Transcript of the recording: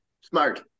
smart